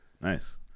Nice